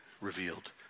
revealed